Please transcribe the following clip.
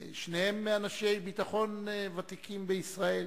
שניהם אנשי ביטחון ותיקים בישראל.